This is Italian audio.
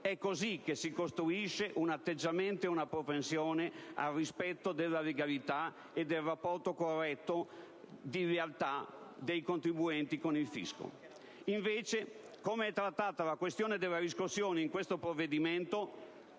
È così che si costruisce un atteggiamento e una propensione al rispetto della legalità e del rapporto corretto di lealtà dei contribuenti nei confronti del fisco. Il modo in cui, invece, è trattata la questione della riscossione in questo provvedimento